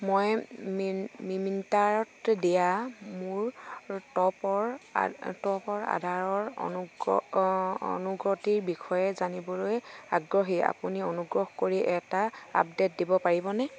মই মিন্তাৰত দিয়া মোৰ টপৰ আধাৰৰ অনুগতিৰ বিষয়ে জানিবলৈ আগ্ৰহী আপুনি অনুগ্ৰহ কৰি এটা আপডে'ট দিব পাৰিবনে